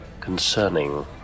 Concerning